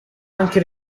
anche